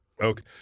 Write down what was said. Okay